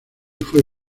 fue